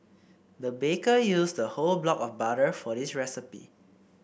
the baker used a whole block of butter for this recipe